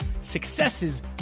successes